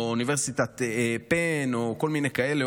או אוניברסיטת פן או כל מיני כאלה,